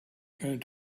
going